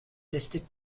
listed